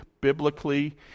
biblically